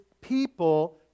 people